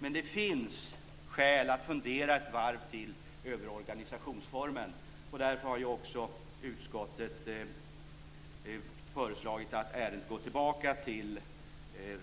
Men det finns skäl att fundera ett varv till över organisationsformen. Därför har också utskottet föreslagit att ärendet går tillbaka till